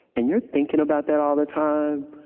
and you're thinking about that all the time,